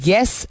Yes